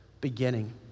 beginning